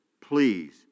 please